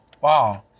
Wow